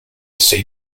say